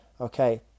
okay